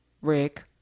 Rick